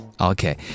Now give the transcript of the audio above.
Okay